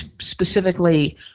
specifically